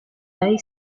hay